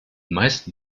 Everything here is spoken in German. meisten